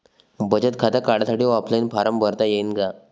बचत खातं काढासाठी ऑफलाईन फारम भरता येईन का?